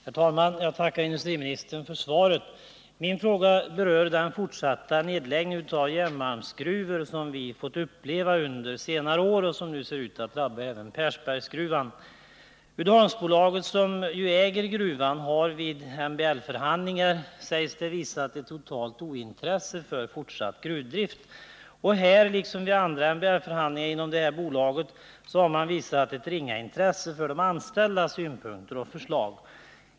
Herr talman! Jag tackar industriministern för svaret. Min fråga berör den fortsatta nedläggning av järnmalmsgruvor som vi fått uppleva under senare år och som nu ser ut att drabba även Persbergsgruvan. Uddeholmsbolaget, som äger gruvan, har enligt uppgift vid MBL förhandlingarna visat ett totalt ointresse för fortsatt gruvdrift. Och här, liksom vid andra MBL-förhandlingar inom detta bolag, har företaget visat ringa intresse för de anställdas synpunkter och förslag.